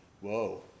whoa